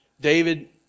David